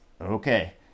Okay